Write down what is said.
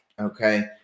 okay